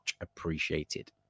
appreciated